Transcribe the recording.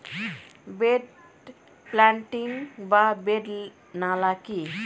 Bed planting বা bed নালা কি?